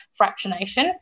fractionation